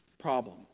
problem